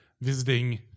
visiting